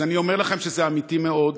אז אני אומר לכם שזה אמיתי מאוד.